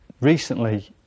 recently